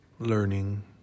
Learning